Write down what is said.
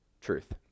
truth